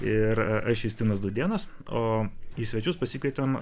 ir aš justinas dūdėnas o į svečius pasikvietėm